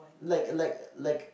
like like like